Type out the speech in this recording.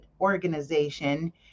organization